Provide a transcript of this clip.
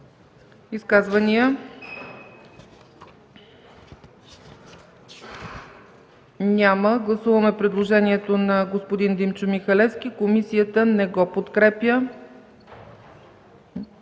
Изказвания? Няма. Гласуваме предложението на господин Димчо Михалевски – комисията не го подкрепя.